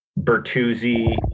Bertuzzi